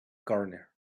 corner